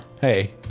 Hey